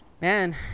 man